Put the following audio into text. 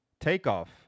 Takeoff